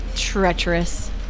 treacherous